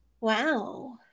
Wow